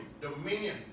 dominion